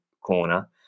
corner